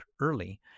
early